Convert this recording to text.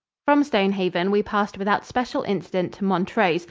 from stonehaven we passed without special incident to montrose,